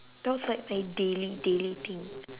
those are my daily daily thing